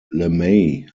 lemay